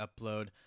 upload